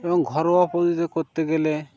এবং ঘরোয়া পদ্ধতিতে করতে গেলে